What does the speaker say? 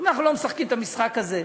אנחנו לא משחקים את המשחק הזה,